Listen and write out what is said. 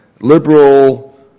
liberal